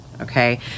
okay